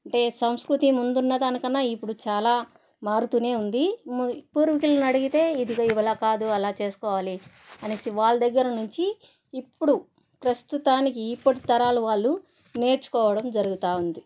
అంటే సంస్కృతి ముందున్న దాని కన్నా ఇప్పుడు చాలా మారుతూనే ఉంది ముం పూర్వికులను అడిగితే ఇదిగో ఇవి ఇలా కాదు అలా చేసుకోవాలి అనేసి వాళ్ల దగ్గర నుంచి ఇప్పుడు ప్రస్తుతానికి ఇప్పటి తరాలు వాళ్లు నేర్చుకోవడం జరుగుతూ ఉంది